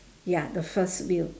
ya the first wheel